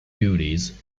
duties